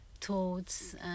thoughts